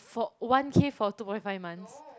for one K for two point five months